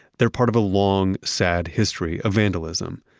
they're part of a long sad history of vandalism.